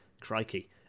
crikey